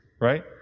right